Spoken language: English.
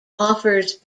offers